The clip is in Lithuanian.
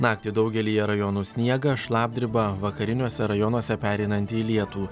naktį daugelyje rajonų sniegas šlapdriba vakariniuose rajonuose pereinant į lietų